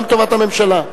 גם לטובת הממשלה.